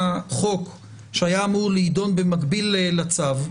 חוק שהיה אמור להידון במקביל לצו,